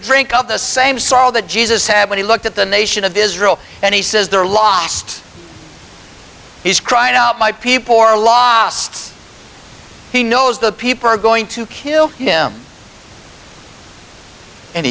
drink of the same saul that jesus had when he looked at the nation of israel and he says they're lost he's crying out my people are lost he knows the people are going to kill him and